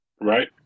right